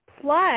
Plus